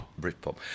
Britpop